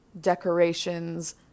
decorations